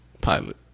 pilot